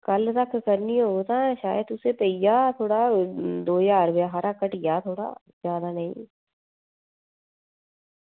कल्ल तक्क करनी होग तां शायद तुसेंगी पेई जा थोह्ड़ा दौ ज्हार हारा घटी जा थोह्ड़ा जादै नेईं